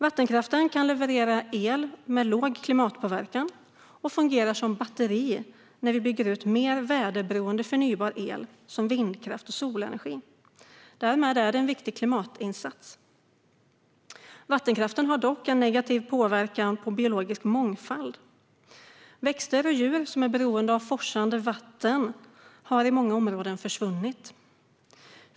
Vattenkraften kan leverera el med låg klimatpåverkan och fungerar som batteri när vi bygger ut mer väderberoende förnybar el, som vindkraft och solenergi. Därmed är det en viktig klimatinsats. Vattenkraften har dock en negativ effekt på biologisk mångfald. Växter och djur som är beroende av forsande vatten har i många områden försvunnit.